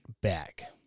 back